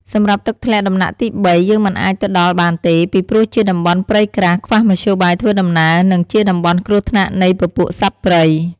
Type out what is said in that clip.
សម្រាប់ទឹកធ្លាក់ដំណាក់ទី៣ យើងមិនអាចទៅដល់បានទេ ពីព្រោះជាតំបន់ព្រៃក្រាស់ ខ្វះមធ្យោបាយធ្វើដំណើរ និង ជាតំបន់គ្រោះថ្នាក់នៃពពួកសត្វព្រៃ។